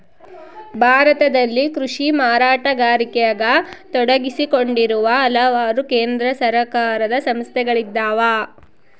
ಭಾರತದಲ್ಲಿ ಕೃಷಿ ಮಾರಾಟಗಾರಿಕೆಗ ತೊಡಗಿಸಿಕೊಂಡಿರುವ ಹಲವಾರು ಕೇಂದ್ರ ಸರ್ಕಾರದ ಸಂಸ್ಥೆಗಳಿದ್ದಾವ